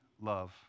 love